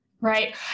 right